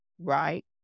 right